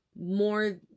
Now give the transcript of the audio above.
more